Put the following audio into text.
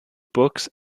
books